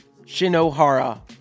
Shinohara